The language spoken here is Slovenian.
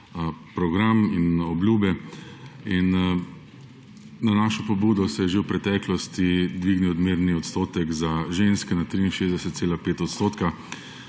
program in obljube. In na našo pobudo se je že v preteklosti dvignil odmerni odstotek za ženske na 63,5 %